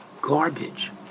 garbage